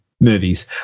movies